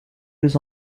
deux